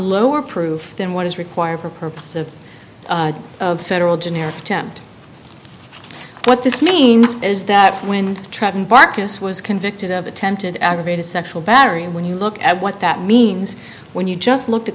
lower proof than what is required for purposes of federal generic attempt what this means is that when traveling barkus was convicted of attempted aggravated sexual battery and when you look at what that means when you just look at